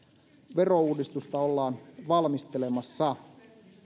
verouudistusta ollaan valmistelemassa